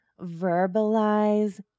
verbalize